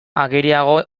ageriago